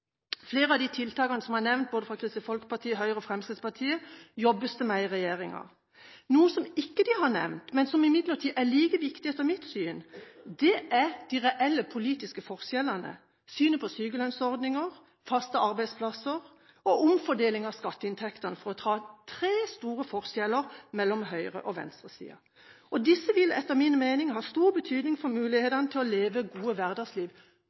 Flere av tiltakene som ble nevnt fra både Kristelig Folkeparti, Høyre og Fremskrittspartiet, jobbes det med i regjeringen. Noe de ikke har nevnt, men som imidlertid er like viktig etter mitt syn, er de reelle politiske forskjellene: synet på sykelønnsordningen, faste arbeidsplasser og omfordeling av skatteinntektene for å ta tre store forskjeller mellom høyre- og venstresiden. Disse vil etter min mening ha stor betydning for mulighetene til å leve gode